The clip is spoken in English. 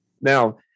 now